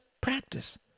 practice